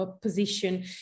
position